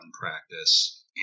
practice